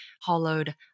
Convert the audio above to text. hollowed